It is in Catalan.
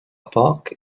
poc